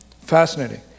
Fascinating